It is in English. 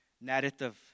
narrative